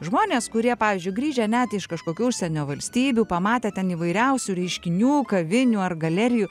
žmonės kurie pavyzdžiui grįžę net iš kažkokių užsienio valstybių pamatė ten įvairiausių reiškinių kavinių ar galerijų